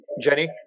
Jenny